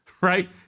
Right